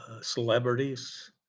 Celebrities